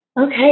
Okay